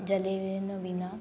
जलेन विना